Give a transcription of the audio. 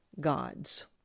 gods